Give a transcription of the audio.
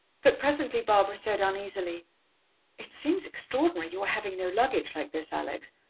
but presently barbara said uneasily it seems extraordinary, your having no luggage like this, alex.